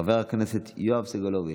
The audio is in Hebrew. חבר הכנסת יואב סגלוביץ',